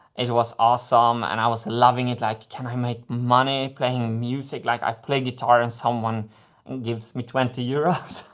it it was awesome and i was loving it. like, can i make money playing music! like, i play guitar and someone and gives me twenty euros?